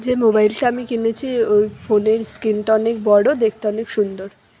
যে মোবাইলটা আমি কিনেছি ওই ফোনের স্ক্রিনটা অনেক বড়ো দেখতে অনেক সুন্দর